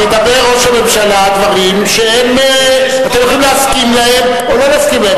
מדבר ראש הממשלה דברים שאתם יכולים להסכים להם או לא להסכים להם,